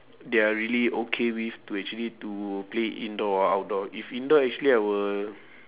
they're really okay with to actually to play indoor or outdoor if indoor actually I will